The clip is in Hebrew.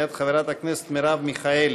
מאת חברת הכנסת מרב מיכאלי.